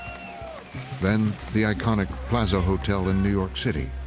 then, the iconic plaza hotel in new york city.